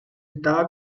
estaba